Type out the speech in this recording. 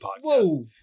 whoa